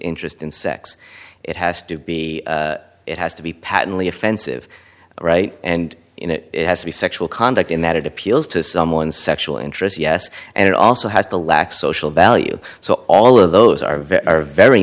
interest in sex it has to be it has to be patently offensive right and it has to be sexual conduct in that it appeals to someone's sexual interest yes and it also has to lack social value so all of those are very very